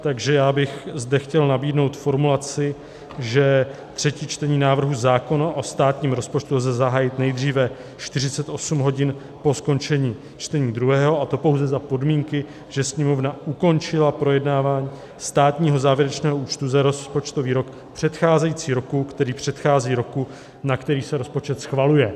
Takže já bych zde chtěl nabídnout formulaci, že třetí čtení návrhu zákona o státním rozpočtu lze zahájit nejdříve 48 hodin po skončení čtení druhého, a to pouze za podmínky, že Sněmovna ukončila projednávání státního závěrečného účtu za rozpočtový rok předcházející roku, který předchází roku, na který se rozpočet schvaluje.